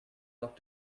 not